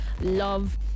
love